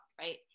right